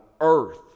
earth